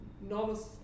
novice